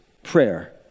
Prayer